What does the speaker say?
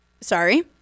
Sorry